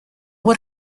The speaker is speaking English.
what